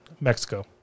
Mexico